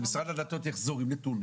שמשרד הדתות יחזור עם נתון,